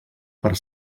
per